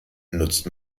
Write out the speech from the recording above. nutzt